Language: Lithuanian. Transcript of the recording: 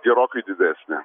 gerokai didesnė